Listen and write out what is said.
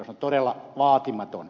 se on todella vaatimaton